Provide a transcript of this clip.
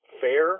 fair